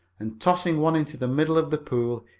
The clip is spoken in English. and, tossing one into the middle of the pool,